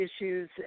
issues